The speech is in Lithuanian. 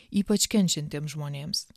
ypač kenčiantiems žmonėms